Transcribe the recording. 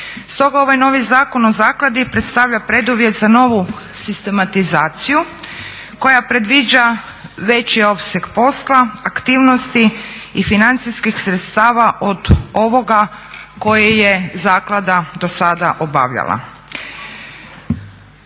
Stoga ovaj novi zakon o zakladi predstavlja preduvjet za novu sistematizaciju koja predviđa veći opseg posla, aktivnosti i financijskih sredstava od ovoga koji je zaklada do sada obavljala.